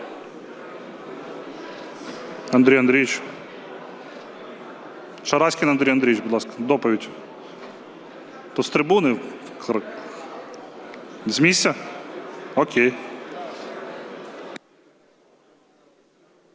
Андрій Андрійович. Шараськін Андрій Андрійович, будь ласка, доповідь. З трибуни? З місця? О'кей.